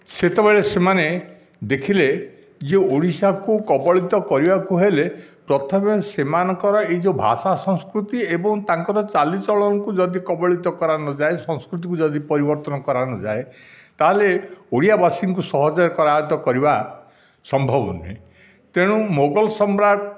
ସେତେବେଳେ ସେମାନେ ଦେଖିଲେ ଇଏ ଓଡ଼ିଶାକୁ କବଳିତ କରିବାକୁ ହେଲେ ପ୍ରଥମେ ସେମାନଙ୍କର ଏ ଯେଉଁ ଭାଷା ସଂସ୍କୃତି ଏବଂ ତାଙ୍କର ଚାଲିଚଳନ କୁ ଯଦି କବଳିତ କରା ନ ଯାଏ ସଂସ୍କୃତିକୁ ଯଦି ପରିବର୍ତ୍ତନ କରା ନ ଯାଏ ତାହେଲେ ଓଡ଼ିଆ ବାସୀଙ୍କୁ ସହଜରେ କରାୟତ କରିବା ସମ୍ଭବ ନୁହେଁ ତେଣୁ ମୋଗଲ ସମ୍ରାଟ